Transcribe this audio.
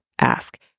ask